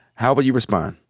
how would you respond?